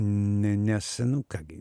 ne nes nu ką gi